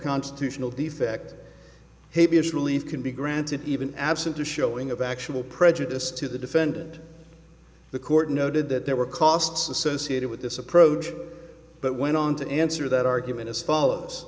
constitutional defect habitually can be granted even absent a showing of actual prejudice to the defendant the court noted that there were costs associated with this approach but went on to answer that argument as follows